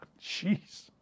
Jeez